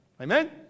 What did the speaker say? Amen